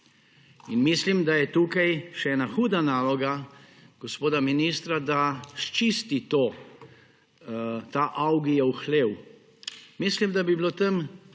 Mislim, da je tukaj še ena huda naloga gospoda ministra, da sčisti ta Avgijev hlev. Mislim, da bi bilo tam